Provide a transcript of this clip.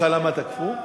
ידוע לך למה תקפו?